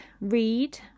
read